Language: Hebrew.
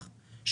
נכון.